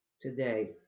today